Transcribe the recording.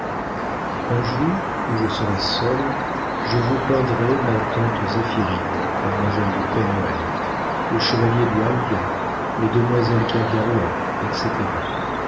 un jour où je serai seule je vous peindrai ma tante zéphirine mademoiselle de pen hoël le chevalier du halga les demoiselles kergarouët etc